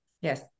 Yes